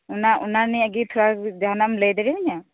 ᱚᱱᱟ ᱱᱤᱭᱮᱜᱤ ᱛᱷᱚᱲᱟ ᱡᱟᱦᱟᱸᱱᱟᱜᱮᱢ ᱞᱟᱹᱭ ᱫᱟᱲᱤᱭᱟᱹᱧᱟᱹ